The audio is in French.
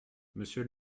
monsieur